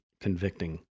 convicting